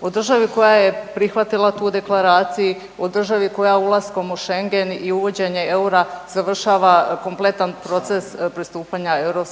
O državi koja je prihvatila tu Deklaraciji, o državi koja ulaskom u Schengen i uvođenje eura završava kompletan proces pristupanja EU